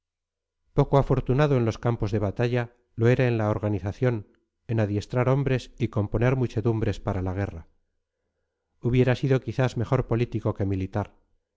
poco afortunado en los campos de batalla lo era en la organización en adiestrar hombres y componer muchedumbres para la guerra hubiera sido quizás mejor político que militar